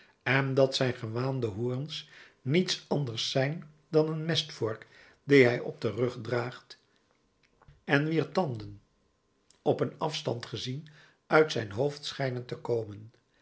en dat zijn gewaande hoorns niets anders zijn dan een mestvork die hij op den rug draagt en wier tanden op een afstand gezien uit zijn hoofd schijnen te komen